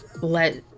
let